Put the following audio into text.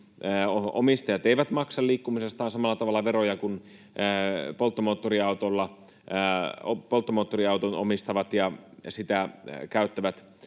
omistajat eivät maksa liikkumisestaan samalla tavalla veroja kuin polttomoottoriauton omistavat ja sitä käyttävät